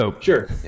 Sure